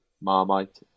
Marmite